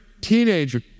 teenager